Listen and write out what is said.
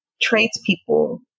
tradespeople